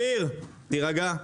אביר, תירגע.